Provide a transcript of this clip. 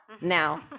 now